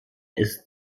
ist